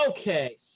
Okay